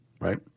right